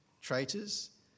Traitors